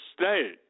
state